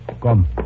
Come